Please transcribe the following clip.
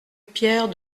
pierre